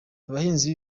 abahinzi